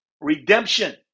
redemption